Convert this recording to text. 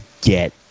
get